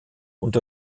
und